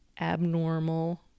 abnormal